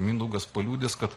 mindaugas paliudys kad